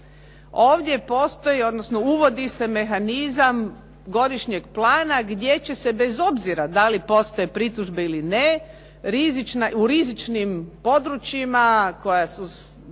ovdje postoji, odnosno uvodi se mehanizam godišnjeg plana, gdje će se bez obzira da li postoje pritužbe ili ne u rizičnim područjima koja se